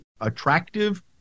attractive